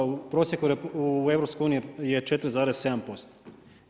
U prosjeku u EU je 4,7%